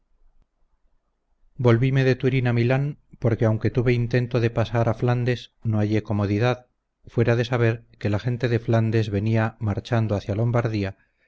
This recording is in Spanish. de turín a milán porque aunque tuve intento de pasar a flandes no hallé comodidad fuera de saber que la gente de flandes venía marchando hacia lombardía